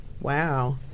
wow